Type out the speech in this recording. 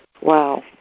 Wow